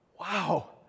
wow